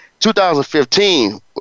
2015